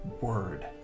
word